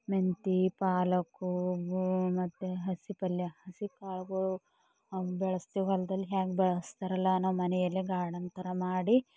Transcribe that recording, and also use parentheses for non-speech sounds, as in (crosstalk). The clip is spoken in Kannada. ಮೆಂತಿ ಪಾಲಕ್ (unintelligible) ಮತ್ತೆ ಹಸಿ ಪಲ್ಯ ಹಸಿ ಕಾಳುಗಳು ಹ್ಯಾಂಗೆ ಬೆಳೆಸ್ತೀವಿ ಹೊಲದಲ್ಲಿ ಹ್ಯಾಂಗೆ ಬೆಳೆಸ್ತಾರಲ್ಲ ನಾವು ಮನೆಯಲ್ಲೇ ಗಾರ್ಡನ್ ಥರ ಮಾಡಿ